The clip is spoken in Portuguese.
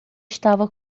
estava